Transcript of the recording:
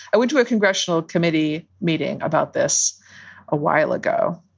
i would do a congressional committee meeting about this a while ago